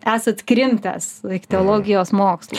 esat krimtęs ichteologijos mokslų